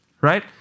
right